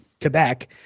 quebec